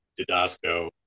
didasco